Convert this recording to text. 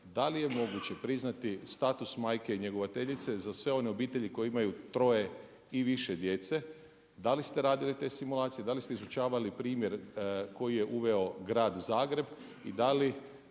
da li je moguće priznati status majke njegovateljice za sve one obitelji koje imaju 3 i više djece? Da li ste radili te simulacije, da li ste izučavali primjer koji je uveo Grad Zagreb i da li